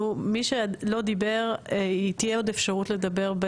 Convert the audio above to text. מי שלא דיבר תהיה עוד אפשרות לדבר,